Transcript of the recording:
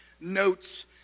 notes